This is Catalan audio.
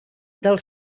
del